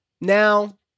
now